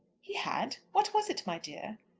he had? what was it, my dear?